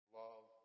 love